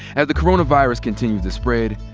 as the coronavirus continues to spread,